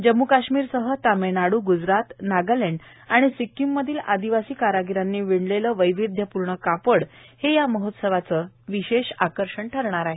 जम्मू काश्मीरसह तामिळनाडू ग्जरात नागालँड आणि सिक्कीममधील आदिवासी कारागिरांनी विणलेलं वैविध्यपूर्ण कापड हे या महोत्सवाचं विशेष आकर्षण ठरणार आहे